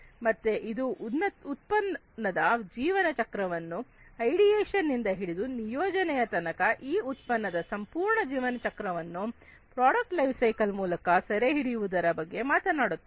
ಮತ್ತೆ ಇದು ಉತ್ಪನ್ನದ ಜೀವನ ಚಕ್ರವನ್ನು ಐಡಿಯೇಷನ್ ನಿಂದ ಹಿಡಿದು ನಿಯೋಜನೆಯ ತನಕ ಈ ಉತ್ಪನ್ನದ ಸಂಪೂರ್ಣ ಜೀವನಚಕ್ರವನ್ನು ಪ್ರಾಡಕ್ಟ್ ಲೈಫ್ ಸೈಕಲ್ ಮೂಲಕ ಸೆರೆ ಹಿಡಿಯುವುದರ ಬಗ್ಗೆ ಮಾತನಾಡುತ್ತದೆ